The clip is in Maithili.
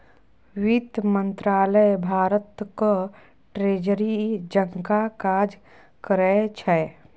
बित्त मंत्रालय भारतक ट्रेजरी जकाँ काज करै छै